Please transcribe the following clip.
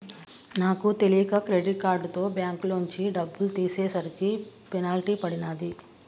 నాకు తెలియక క్రెడిట్ కార్డుతో బ్యేంకులోంచి డబ్బులు తీసేసరికి పెనాల్టీ పడినాది